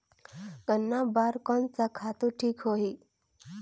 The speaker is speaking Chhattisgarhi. गन्ना बार कोन सा खातु ठीक होही?